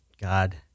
God